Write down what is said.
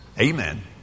Amen